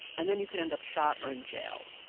and then you could end up shot or in jail.